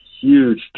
huge